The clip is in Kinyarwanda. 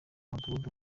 mudugudu